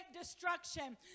destruction